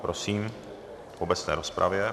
Prosím, v obecné rozpravě.